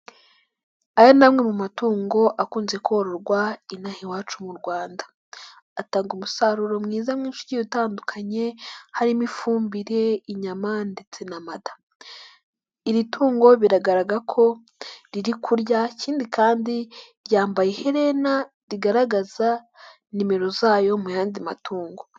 Aya ni amwe mu matungo akunze kororwa inaha iwacu mu Rwanda, atanga umusaruro mwiza mwinshi utandukanye harimo ifumbire, inyama ndetse n'amata, iri tungo biragaragara ko riri kurya ikindi kandi ryambaye iherena rigaragaza nimero zayo mu yandi matungo.